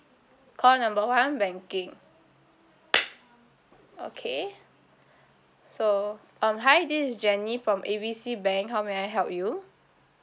call number one banking okay so um hi this is jenny from A B C bank how may I help you